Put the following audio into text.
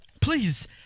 Please